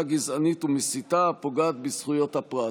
גזענית ומסיתה הפוגעת בזכויות הפרט.